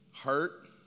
Hurt